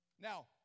Now